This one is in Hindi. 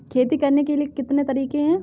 खेती करने के कितने तरीके हैं?